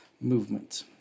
movement